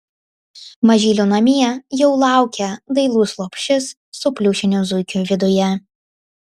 mažylio namie jau laukia dailus lopšys su pliušiniu zuikiu viduje